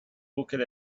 looked